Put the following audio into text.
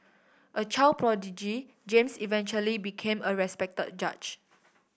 a child prodigy James eventually became a respected judge